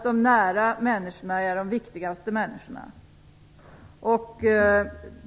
De nära människorna är de viktigaste människorna.